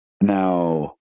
Now